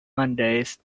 mondays